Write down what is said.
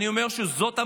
אני אומר שזאת המגמה.